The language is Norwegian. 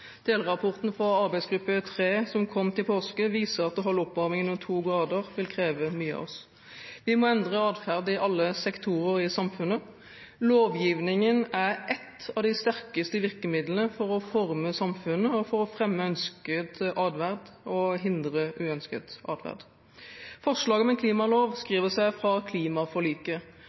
Delrapporten fra arbeidsgruppe 3 som kom til påske, viser at å holde oppvarmingen under 2 grader vil kreve mye av oss. Vi må endre atferd i alle sektorer i samfunnet. Lovgivningen er et av de sterkeste virkemidlene for å forme samfunnet og for å fremme ønsket atferd og hindre uønsket atferd. Forslaget om en klimalov skriver seg fra klimaforliket.